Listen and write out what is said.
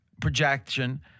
projection